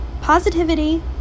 Positivity